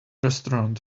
restaurant